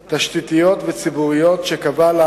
2. האם זאת משום שחסר תקן לעובדים